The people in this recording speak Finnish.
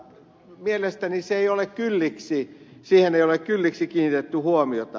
mielestäni siihen ei ole kylliksi kiinnitetty huomiota